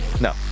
No